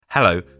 Hello